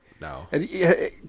no